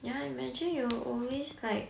ya imagine you always like